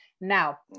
Now